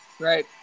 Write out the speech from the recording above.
Right